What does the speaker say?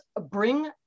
bring